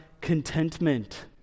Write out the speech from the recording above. contentment